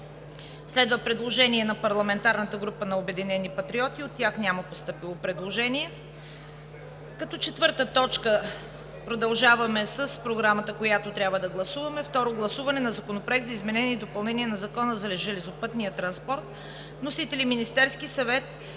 Следва парламентарната група на „Обединени патриоти“ – от тях няма постъпило предложение. Като четвърта точка продължаваме с програмата, която трябва да гласуваме: Второ гласуване на Законопроекта за изменение и допълнение на Закона за железопътния транспорт. Вносител е Министерският съвет